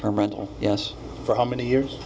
term rental yes for how many years